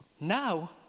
Now